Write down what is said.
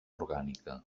orgànica